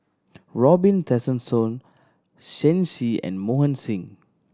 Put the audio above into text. Robin Tessensohn Shen Xi and Mohan Singh